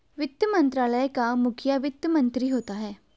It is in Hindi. वित्त मंत्रालय का मुखिया वित्त मंत्री होता है